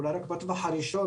אולי רק בטווח הראשון,